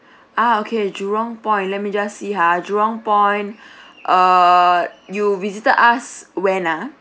ah okay jurong point let me just see ha jurong point err you visited us when ah